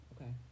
Okay